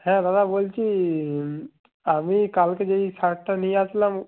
হ্যাঁ দাদা বলছি আমি কালকে যেই শার্টটা নিয়ে আসলাম